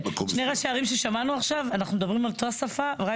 שני ראשי ערים ששמענו עכשיו אנחנו מדברים אותה שפה רק